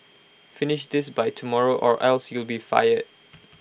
finish this by tomorrow or else you'll be fired